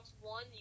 One